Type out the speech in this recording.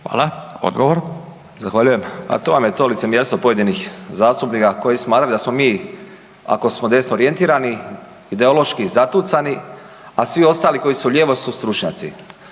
suverenisti)** Zahvaljujem, a to vam je to licemjerstvo pojedinih zastupnika koji smatraju da smo mi ako smo desno orijentirani ideološki zatucani, a svi ostali koji su lijevo su stručnjaci.